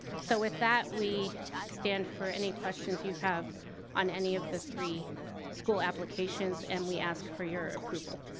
so, with that, we stand for any questions you have on any of the three school applications and we ask for your approval.